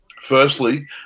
Firstly